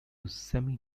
semi